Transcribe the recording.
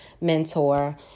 mentor